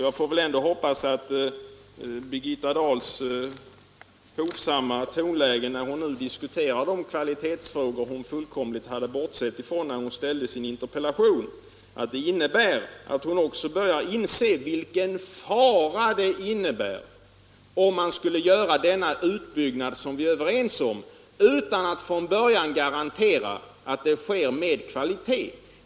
Jag får ändå hoppas att Birgitta Dahls hovsamma tonläge när hon nu diskuterar de kvalitetsfrågor, som hon fullständigt hade bortsett från när hon framställde sin interpellation, är ett tecken på att hon också börjar inse vilken fara det innebär, om man skulle göra den utbyggnad som vi är överens om utan att från början garantera att den sker med kvalitet.